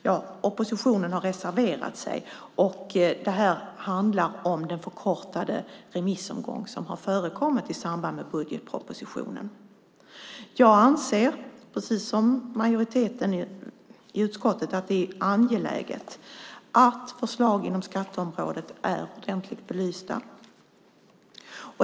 Ja, oppositionen har reserverat sig när det gäller den förkortade remissomgång som har förekommit i samband med budgetpropositionen. Jag anser, precis som majoriteten i utskottet, att det är angeläget att förslag inom skatteområdet är ordentligt belysta.